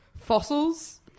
fossils